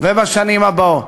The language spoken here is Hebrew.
ובשנים הבאות.